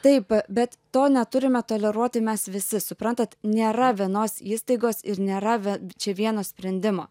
taip bet to neturime toleruoti mes visi suprantat nėra vienos įstaigos ir nėra ve čia vieno sprendimo